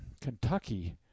Kentucky